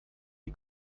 die